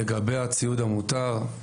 לגבי הציוד המותר,